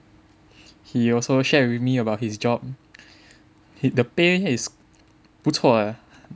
he also share with me about his job he the pay is 不错 eh